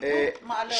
הציבור מעלה אותה.